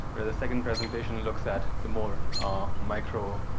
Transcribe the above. where the second presentation and looks at the more micro,